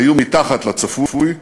היו מתחת לצפוי.